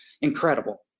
incredible